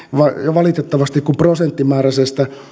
valitettavasti kun prosenttimääräisestä